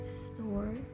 store